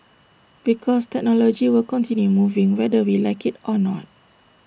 because technology will continue moving whether we like IT or not